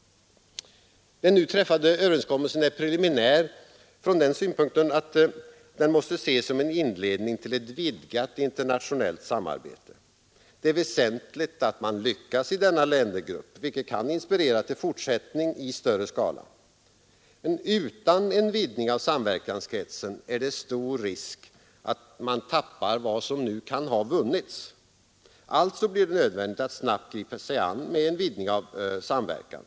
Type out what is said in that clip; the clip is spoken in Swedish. Den nu träffade överenskommelsen är preliminär från den synpunkten att den måste ses som en inledning till ett vidgat internationellt samarbete. Det är väsentligt att man lyckas i denna ländergrupp, vilket kan inspirera till fortsättning i större skala. Utan en vidgning av samverkanskretsen är det emellertid stor risk för att man tappar vad som nu kan ha vunnits. Alltså blir det nödvändigt att snabbt gripa sig an med en vidgning av samverkan.